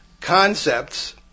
concepts